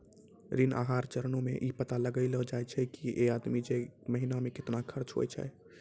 ऋण आहार चरणो मे इ पता लगैलो जाय छै जे एगो आदमी के एक महिना मे केतना खर्चा होय छै